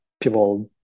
people